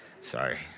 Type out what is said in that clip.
Sorry